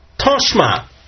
Toshma